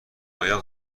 آیا